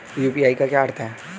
UPI का क्या अर्थ है?